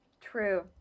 True